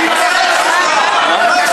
תתבייש לך.